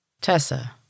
Tessa